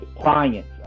clients